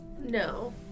No